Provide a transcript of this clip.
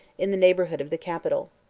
in the neighborhood of the capital.